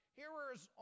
hearers